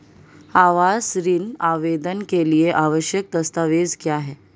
आवास ऋण आवेदन के लिए आवश्यक दस्तावेज़ क्या हैं?